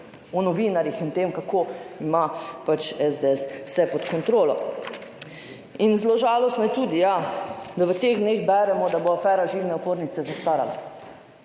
o novinarjih in o tem kako ima pač SDS vse pod kontrolo. Zelo žalostno je tudi, ja, da v teh dneh beremo, da bo afera žilne opornice zastarala.